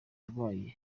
barwanyi